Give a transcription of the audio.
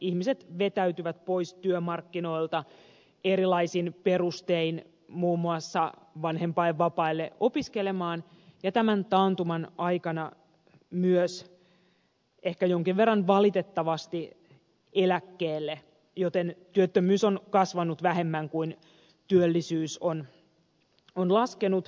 ihmiset vetäytyvät pois työmarkkinoilta erilaisin perustein muun muassa vanhempainvapaalle opiskelemaan ja tämän taantuman aikana myös ehkä jonkin verran valitettavasti eläkkeelle joten työttömyys on kasvanut vähemmän kuin työllisyys on laskenut